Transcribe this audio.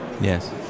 Yes